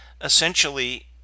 essentially